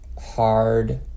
hard